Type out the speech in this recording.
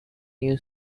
new